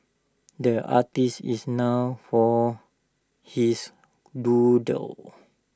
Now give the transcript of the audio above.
the artist is known for his doodles